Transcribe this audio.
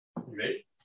ready